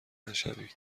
نشوید